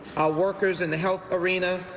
workers in the health arena.